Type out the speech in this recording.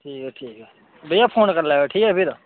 ठीक ऐ ठीक ऐ भेइया फोन करी लैयो ठीक ऐ फिर